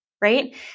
right